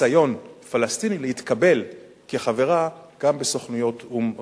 מניסיון פלסטיני להתקבל כחברה גם בסוכנויות או"ם רבות.